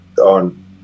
on